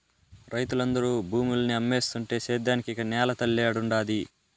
రైతులందరూ భూముల్ని అమ్మేస్తుంటే సేద్యానికి ఇక నేల తల్లేడుండాది